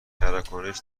تراکنش